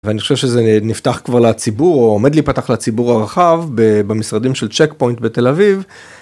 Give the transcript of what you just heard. ואני חושב שזה נפתח כבר לציבור, או עומד להיפתח לציבור הרחב, במשרדים של check point בתל אביב.